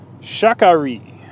Shakari